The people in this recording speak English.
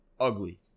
Ugly